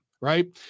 right